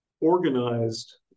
organized